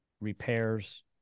repairs